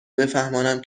بفهمانم